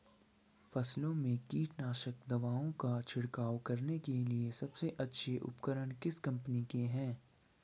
फसलों में कीटनाशक दवाओं का छिड़काव करने के लिए सबसे अच्छे उपकरण किस कंपनी के हैं?